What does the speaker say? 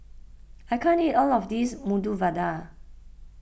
I can't eat all of this Medu Vada